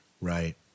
Right